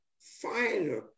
finer